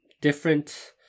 different